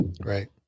Right